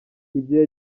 ibyo